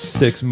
six